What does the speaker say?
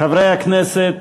חברי הכנסת,